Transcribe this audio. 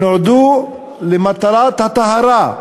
נועדו למטרת טהרה,